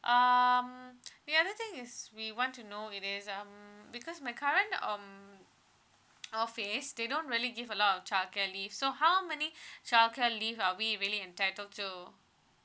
um the other thing is we want to know it is um because my current um office they don't really give a lot of childcare leave so how many childcare leave are we really entitled to